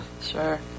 Sure